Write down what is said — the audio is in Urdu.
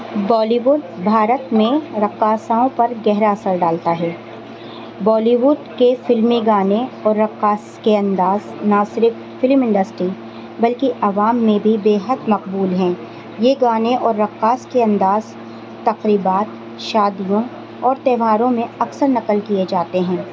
بالی ووڈ بھارت میں رقاصاؤں پر گہرا اثر ڈالتا ہے بالی ووڈ کے فلمی گانے اور رقاص کے انداز نہ صرف فلم انڈسٹری بلکہ عوام میں بھی بے حد مقبول ہیں یہ گانے اور رقاص کے انداز تقریبات شادیوں اور تہواروں میں اکثر نقل کیے جاتے ہیں